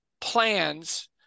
plans